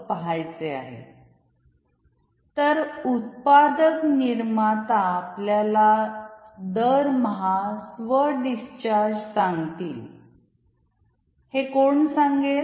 तर उत्पादक निर्माता आपल्याला दरमहा स्व डिस्चार्ज सांगतील हे कोण सांगेल